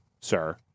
sir